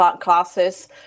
classes